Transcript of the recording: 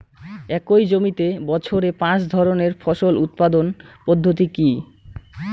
একই জমিতে বছরে পাঁচ ধরনের ফসল উৎপাদন পদ্ধতি কী?